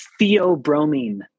Theobromine